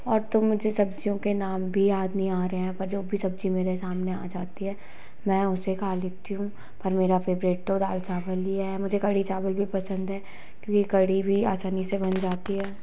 और तो मुझे सब्जियों के नाम भी याद नहीं आ रहे हैं पर जो भी सब्जी मेरे सामने आ जाती है मैं उसे खा लेती हूँ पर मेरा फेवरेट तो दाल चावल ही है मुझे कढ़ी चावल भी पसंद है क्योंकि कढ़ी भी आसानी से बन जाती है